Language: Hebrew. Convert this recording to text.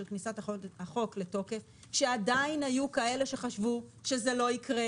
כניסת החוק לתוקף כשעדיין היו כאלה שחשבו שזה לא יקרה,